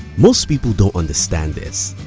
most people don't understand this.